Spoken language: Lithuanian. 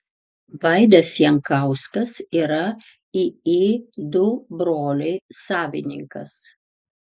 vaidas jankauskas yra iį du broliai savininkas